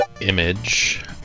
Image